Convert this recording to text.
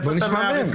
יצאת מהארץ,